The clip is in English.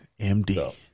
MD